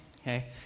okay